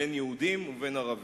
בין שהם יהודים ובין שהם ערבים.